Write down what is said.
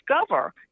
discover